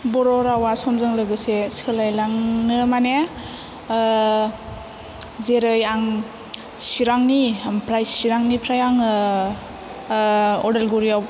बर' रावा समजों लोगोसे सोलायलांनो माने जेरै आं चिरांनि ओमफ्राय चिरांनिफ्राय आङो अदालगुरियाव